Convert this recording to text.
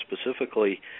specifically